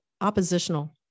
oppositional